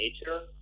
nature